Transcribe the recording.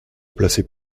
placez